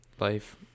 life